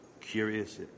curious